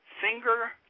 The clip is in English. finger